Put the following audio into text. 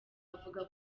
avuga